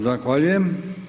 Zahvaljujem.